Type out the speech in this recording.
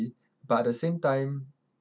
but at the same time